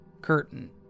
curtain